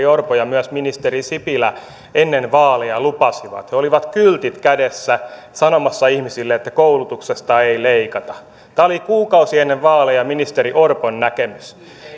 orpo ja myös ministeri sipilä ennen vaaleja lupasivat he olivat kyltit kädessä sanomassa ihmisille että koulutuksesta ei leikata tämä oli kuukausi ennen vaaleja ministeri orpon näkemys